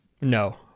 No